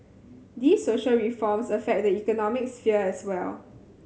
these social reforms affect the economic sphere as well